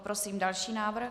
Prosím další návrh.